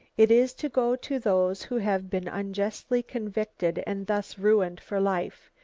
it is to go to those who have been unjustly convicted and thus ruined for life.